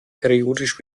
periodisch